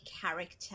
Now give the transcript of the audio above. character